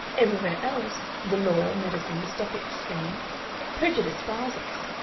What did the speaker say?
everywhere else the law, medicine, the stock exchange prejudice bars us.